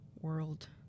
world